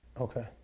Okay